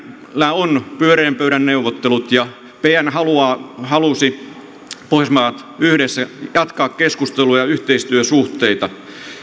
on pyöreän pöydän neuvottelut ja pn halusi pohjoismaat yhdessä jatkaa keskusteluja ja yhteistyösuhteita